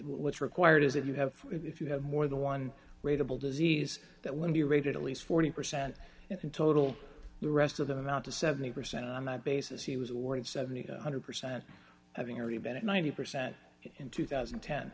what's required is if you have if you have more than one grade a bill disease that would be rated at least forty percent in total the rest of them out to seventy percent on that basis he was awarded seven hundred percent having already been at ninety percent in two thousand and ten